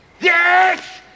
Yes